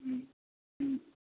हँ हँ